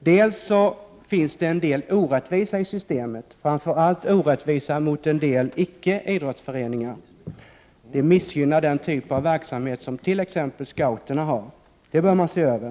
Det finns en viss orättvisa i systemet, framför allt orättvisa mot en del icke idrottsföreningar, vilket missgynnar den typ av verksamhet som t.ex. scouterna bedriver. Detta bör man se över.